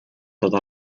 tota